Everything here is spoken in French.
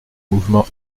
mouvements